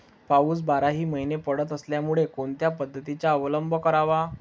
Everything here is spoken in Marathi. पाऊस बाराही महिने पडत असल्यामुळे कोणत्या पद्धतीचा अवलंब करावा?